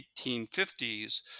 1850s